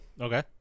Okay